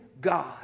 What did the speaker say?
God